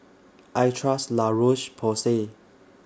I Trust La Roche Porsay